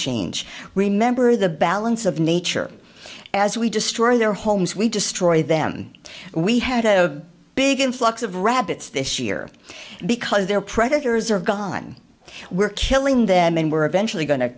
change remember the balance of nature as we destroy their homes we destroy them we had a big influx of rabbits this year because they're predators are gone we're killing them and we're eventually go